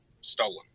stolen